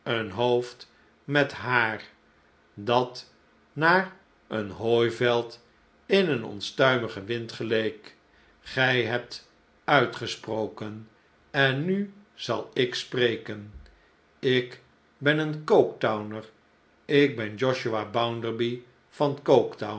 een hoofd met haar dat naar een hooiveld in een onstuimigen wind geleek gij hebtuitgesproken en nu zal ik spreken ik ben een coketowner ik ben josiah bounderby van